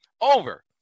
over